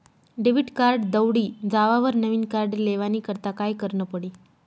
Debit card दवडी जावावर नविन कार्ड लेवानी करता काय करनं पडी?